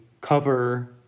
cover